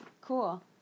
Cool